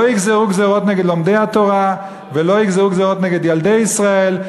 לא יגזרו גזירות נגד לומדי התורה ולא יגזרו גזירות נגד ילדי ישראל,